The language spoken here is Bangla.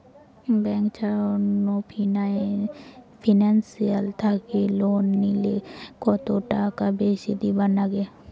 ব্যাংক ছাড়া অন্য ফিনান্সিয়াল থাকি লোন নিলে কতটাকা বেশি দিবার নাগে?